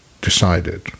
decided